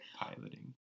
piloting